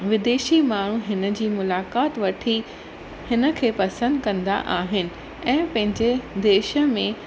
विदेशी माण्हू हिन जी मुलाकात वठी हिन खे पसंदि कंदा आहिनि ऐं पंहिंजे देश में